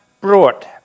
brought